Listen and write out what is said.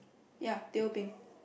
ya teh O peng